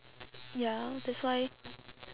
ya that's why